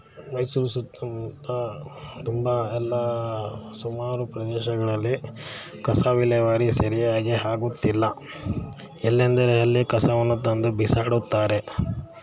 ಮೈಸೂರು ಸುತ್ತ ಮುತ್ತ ತುಂಬ ಎಲ್ಲ ಸುಮಾರು ಪ್ರದೇಶಗಳಲ್ಲಿ ಕಸವಿಲೇವಾರಿ ಸರಿಯಾಗಿ ಆಗುತ್ತಿಲ್ಲ ಎಲ್ಲೆಂದರೆ ಅಲ್ಲಿ ಕಸವನ್ನು ತಂದು ಬಿಸಾಡುತ್ತಾರೆ